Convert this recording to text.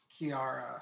kiara